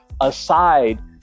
aside